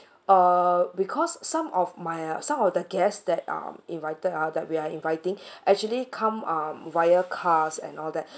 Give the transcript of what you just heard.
err because some of my uh some of the guest that um invited out that we are inviting actually come uh via cars and all that